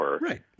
Right